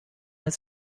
his